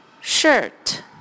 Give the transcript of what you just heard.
Shirt